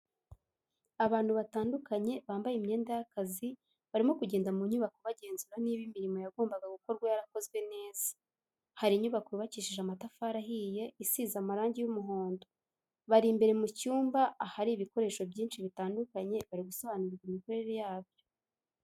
Abantu batandukanye bambaye imyenda y'akazi barimo kugenda mu nyubako bagenzura niba imirimo yagombaga gukorwa yarakozwe neza, hari inyubako yubakishije amatafari ahiye isize amarangi y'umuhondo, bari imbere mu cyumba ahari ibikoresho byinshi bitandukanye bari gusobanurirwa imikorere yabyo.